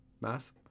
math